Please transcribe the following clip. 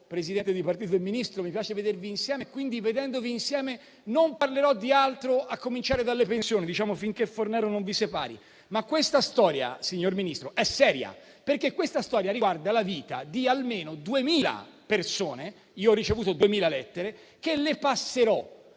presidente di partito, signor Ministro. Mi piace vedervi insieme, quindi vedendovi insieme non parlerò di altro, a cominciare dalle pensioni, diciamo finché Fornero non vi separi. Ma questa storia, signor Ministro, è seria, perché questa storia riguarda la vita di almeno duemila persone. Io ho ricevuto duemila lettere - che le passerò